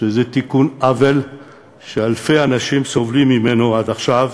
שזה תיקון עוול שאלפי אנשים סובלים ממנו עד עכשיו,